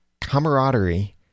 camaraderie